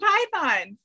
Python